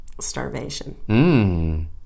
Starvation